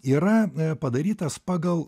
yra padarytas pagal